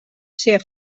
ser